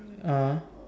ah